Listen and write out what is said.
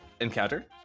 encounter